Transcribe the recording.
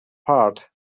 part